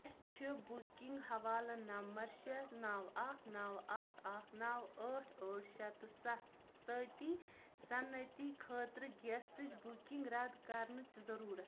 مےٚ چھِ بُکِنٛگ حوالہٕ نمبر شےٚ نَو اکھ نَو اکھ اکھ نَو ٲٹھ ٲٹھ شےٚ تہٕ سَتھ سۭتۍ صنعتی خٲطرٕ گیسٕچ بُکِنٛگ رد کرنٕچ ضروٗرت